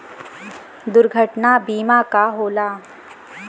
दुर्घटना बीमा का होला?